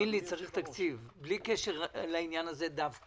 צריך תקציב, האמן לי, בלי קשר לעניין הזה דווקא.